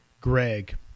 Greg